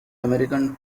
american